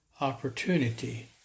opportunity